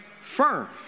firm